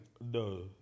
No